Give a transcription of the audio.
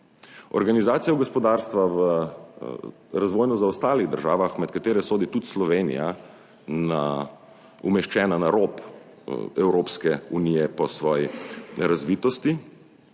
Organizacija gospodarstva v razvojno zaostalih državah med katere sodi tudi Slovenija umeščena na rob Evropske unije po svoji razvitosti.